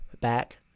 back